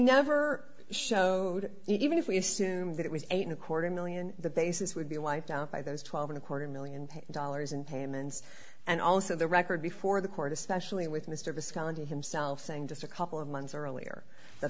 never showed even if we assume that it was eight and a quarter million the bases would be wiped out by those twelve and a quarter million dollars in payments and also the record before the court especially with mr viscounty himself saying just a couple of months earlier that